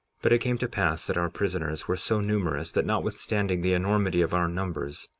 but it came to pass that our prisoners were so numerous that, notwithstanding the enormity of our numbers,